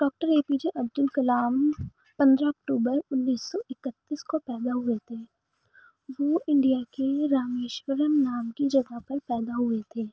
doctor A پی جے عبدالکلام پندرہ اکٹوبر انیس سو اکتیس کو پیدا ہوئے تھے وہ انڈیا کے رامیشورم نام کی جگہ پر پیدا ہوئے تھے